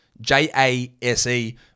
J-A-S-E